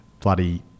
bloody